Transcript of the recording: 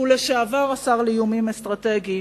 שהוא השר לשעבר לאיומים אסטרטגיים.